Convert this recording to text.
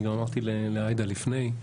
אמרתי גם לעאידה לפני.